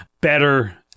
better